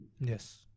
Yes